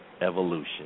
Evolution